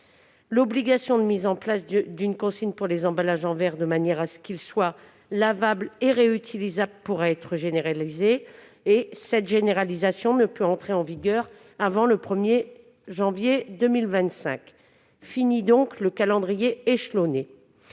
l'obligation de mettre en place une consigne pour les emballages en verre, de manière à ce qu'ils soient lavables et réutilisables, pourra être généralisée, et cette généralisation n'entrera pas en vigueur avant le 1 janvier 2025. Fini donc le calendrier échelonné